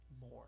more